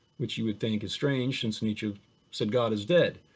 which you would think is strange since nietzsche said god is dead.